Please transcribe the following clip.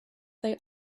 they